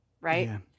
right